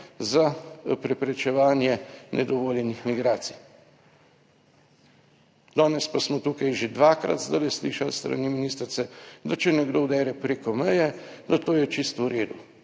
za preprečevanje nedovoljenih migracij. Danes pa smo tukaj že dvakrat zdaj slišali s strani ministrice, da če nekdo udere preko meje, da to je čisto v redu.